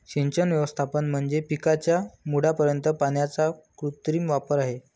सिंचन व्यवस्थापन म्हणजे पिकाच्या मुळापर्यंत पाण्याचा कृत्रिम वापर आहे